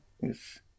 Yes